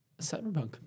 Cyberpunk